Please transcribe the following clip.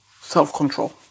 self-control